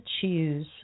choose